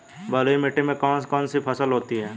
बलुई मिट्टी में कौन कौन सी फसल होती हैं?